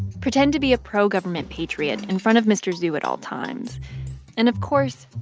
pretend to be a pro-government patriot in front of mr. zhu at all times and, of course,